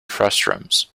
frustums